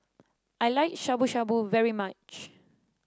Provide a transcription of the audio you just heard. I like Shabu Shabu very much